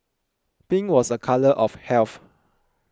pink was a colour of health